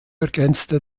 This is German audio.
ergänzte